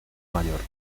mayor